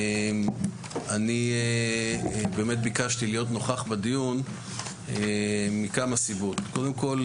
אני ביקשתי להיות נוכח בדיון מכמה סיבות: קודם כל,